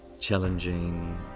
challenging